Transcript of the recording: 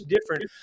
different